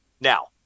Now